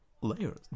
layers